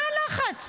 מה הלחץ?